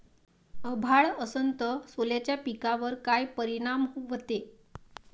अभाळ असन तं सोल्याच्या पिकावर काय परिनाम व्हते?